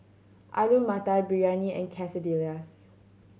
Alu Matar Biryani and Quesadillas